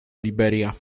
liberia